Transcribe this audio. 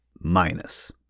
Minus